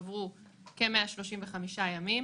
מיד נאסוף שאלות של חברי הכנסת,